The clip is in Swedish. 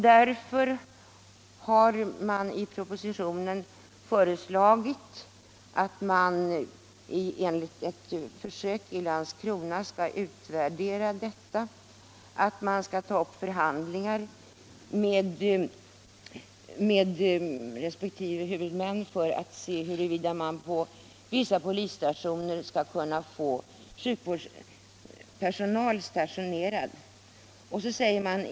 Därför har han i propositionen föreslagit att man vid ett försök i Landskrona skall pröva nya principer. Förhandlingar skall tas upp med resp. huvudmän för att utröna huruvida man kan få sjukvårdspersonal stationerad på vissa polisstationer.